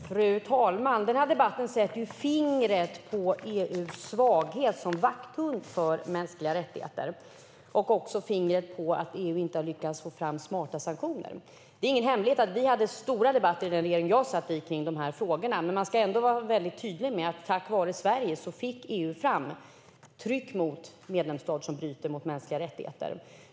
Fru talman! Den här debatten sätter fingret på EU:s svaghet som vakthund för mänskliga rättigheter och även på att EU inte har lyckats få fram smarta sanktioner. Det är ingen hemlighet att vi hade stora debatter i den regering jag satt i om de här frågarna. Men man ska ändå vara tydlig med att tack vare Sverige fick EU fram tryck på medlemsstater som bryter mot mänskliga rättigheter.